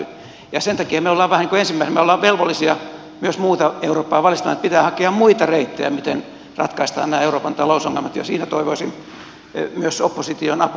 sen takia me olemme vähän niin kuin ensimmäisenä velvollisia myös muuta eurooppaa valistamaan että pitää hakea muita reittejä miten ratkaistaan nämä euroopan talousongelmat ja siinä toivoisin myös opposition apua